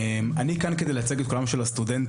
אני כאן כדי לייצג את קולם של הסטודנטים